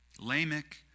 Lamech